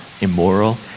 immoral